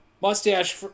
Mustache